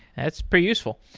that's pretty useful.